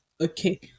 Okay